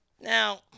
Now